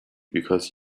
because